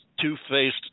Two-Faced